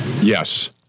Yes